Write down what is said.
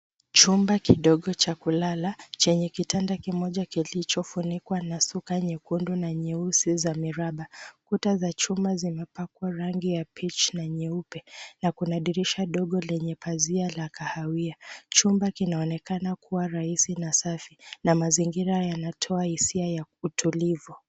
Chumba kidogo cha kulala chenye kitanda kimoja kilicho funikwa na suka nyekundu na nyeusi za miraba. Kuta za chuma zina pakwa rangi ya pinki na nyeupe na kuna dirisha ndogo lenye pazia la kahawia. Chumba kinaonekana kuwa na rahizi na safi na mazingira yanatoa hizia ya utulivu.